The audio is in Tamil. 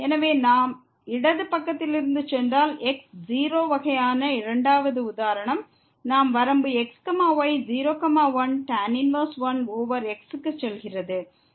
எனவே நாம் இடது பக்கத்திலிருந்து சென்றால் x 0 வகையான இரண்டாவது உதாரணம் நாம் வரம்பு x y 0 1 tan 1 1 over x க்கு செல்கிறது